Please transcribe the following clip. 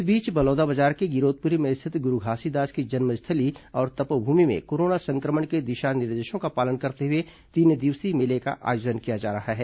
इस बीच बलौदाबाजार के गिरौदपुरी में स्थित गुरू घासीदास की जन्मस्थली और तपोभूमि में कोरोना संक्रमण के दिशा निर्देशों का पालन करते हुए तीन दिवसीय मेले का आयोजन किया जा रहा है